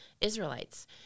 israelites